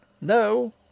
No